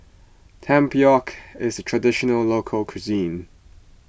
Tempoyak is a Traditional Local Cuisine